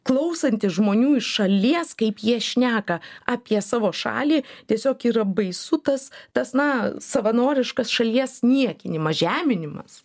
klausantis žmonių iš šalies kaip jie šneka apie savo šalį tiesiog yra baisu tas tas na savanoriškas šalies niekinimas žeminimas